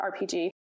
rpg